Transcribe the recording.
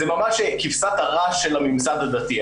זה ממש כבשת הרש של הממסד הדתי.